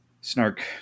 Snark